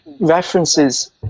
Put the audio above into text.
references